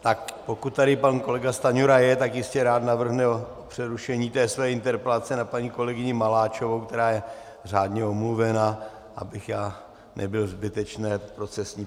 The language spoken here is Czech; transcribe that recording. Tak pokud tady pan kolega Stanjura je, tak jistě rád navrhne přerušení té své interpelace na paní kolegyni Maláčovou, která je řádně omluvena, abych já nebyl v zbytečné procesní pasti.